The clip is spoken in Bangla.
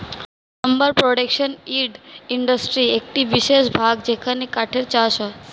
লাম্বার প্রোডাকশন উড ইন্ডাস্ট্রির একটি বিশেষ ভাগ যেখানে কাঠের চাষ হয়